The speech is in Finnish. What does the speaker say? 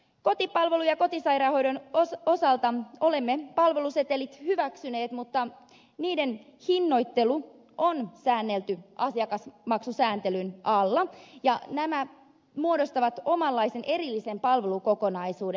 kotipalvelun ja kotisairaanhoidon osalta olemme palvelusetelit hyväksyneet mutta niiden hinnoittelu on säännelty asiakasmaksusääntelyn alla ja nämä muodostavat omanlaisen erillisen palvelukokonaisuuden